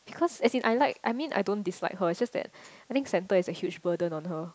because as if I like I mean I don't dislike her just that I think center is a huge burden on her